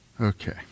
Okay